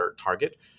target